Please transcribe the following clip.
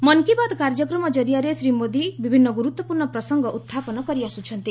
ମନ୍କୀ ବାତ୍ କାର୍ଯ୍ୟକ୍ରମ ଜରିଆରେ ଶ୍ରୀ ମୋଦି ବିଭିନ୍ନ ଗୁରୁତ୍ୱପୂର୍ଣ୍ଣ ପ୍ରସଙ୍ଗ ଉତ୍ଥାପନ କରିଆସୁଛନ୍ତି